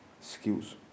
skills